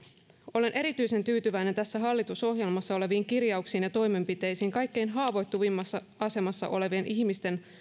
olen erityisen tyytyväinen tässä hallitusohjelmassa oleviin kirjauksiin ja toimenpiteisiin kaikkein haavoittuvimmassa asemassa olevien ihmisten